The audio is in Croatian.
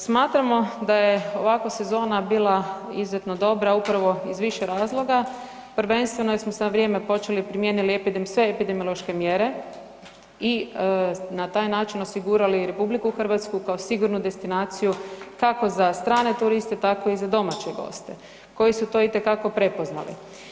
Smatramo da je ovakva sezona bila izuzetno dobra upravo iz više razloga, prvenstveno jer smo se na vrijeme primijenili sve epidemiološke mjere i na taj način osigurali RH kao sigurnu destinaciju kako za strane turiste tako i za domaće goste koji su to itekako prepoznali.